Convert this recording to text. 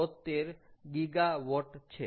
72 GW છે